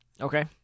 Okay